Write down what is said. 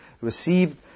received